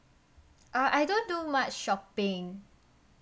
uh I don't do much shopping